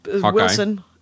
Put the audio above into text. Wilson